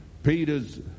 Peter's